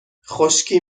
خشکی